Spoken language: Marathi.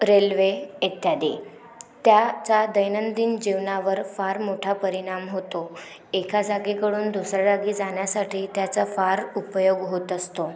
रेल्वे इत्यादी त्याचा दैनंदिन जीवनावर फार मोठा परिणाम होतो एका जागेकडून दुसऱ्या जागी जाण्यासाठी त्याचा फार उपयोग होत असतो